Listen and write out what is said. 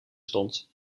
stond